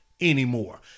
anymore